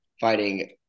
fighting